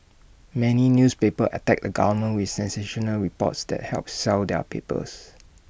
many newspapers attack A government with sensational reports that help sell their papers